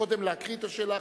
קודם לקרוא את השאלה,